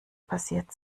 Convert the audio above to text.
passiert